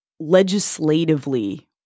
legislatively